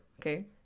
Okay